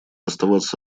оставаться